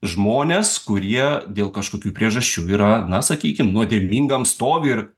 žmones kurie dėl kažkokių priežasčių yra na sakykim nuodėmingam stovy ir